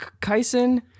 Kaisen